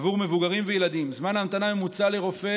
עבור מבוגרים וילדים זמן ההמתנה הממוצע לרופא